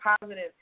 positive